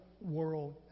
world